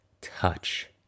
touch